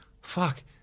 fuck